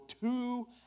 two